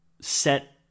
set